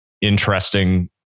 interesting